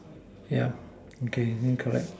yup okay need to collect